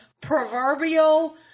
proverbial